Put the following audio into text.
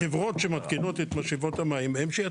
החברות שמתקינות את משאבות המים הן שיתקינו את המנגנון.